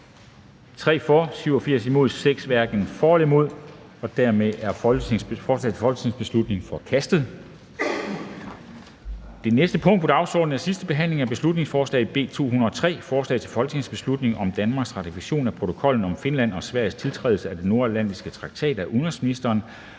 Bent Bøgsted (UFG) og Karina Adsbøl (UFG)). Forslaget til folketingsbeslutning er forkastet. --- Det næste punkt på dagsordenen er: 14) 2. (sidste) behandling af beslutningsforslag nr. B 203: Forslag til folketingsbeslutning om Danmarks ratifikation af protokoller om Finlands og Sveriges tiltrædelse af Den Nordatlantiske Traktat. Af udenrigsministeren